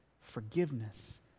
forgiveness